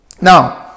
now